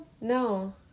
No